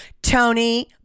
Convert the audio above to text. Tony